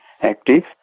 active